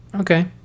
Okay